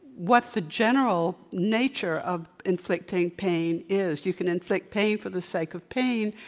what the general nature of inflicting pain is. you can inflict pain for the sake of pain,